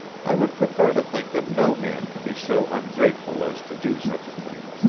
i would prefer to think that no man could be so ungrateful as to do such a thing.